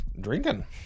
Drinking